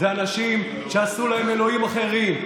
זה אנשים שעשו להם אלוהים אחרים.